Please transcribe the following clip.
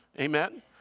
Amen